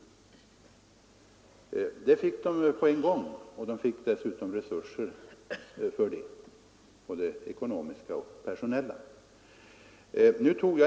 Det uppdraget fick man omedelbart, och man fick dessutom resurser härför, både ekonomiska och personella.